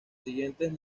siguientes